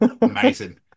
Amazing